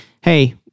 hey